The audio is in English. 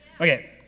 Okay